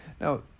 Now